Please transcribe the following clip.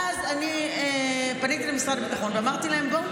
אז פניתי למשרד הביטחון ואמרתי להם: בואו,